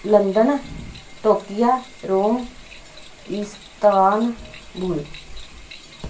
London Tokyo Rome Istanbul